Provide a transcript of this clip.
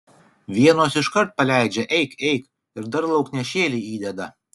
vienos iškart paleidžia eik eik ir dar lauknešėlį įdeda